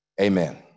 Amen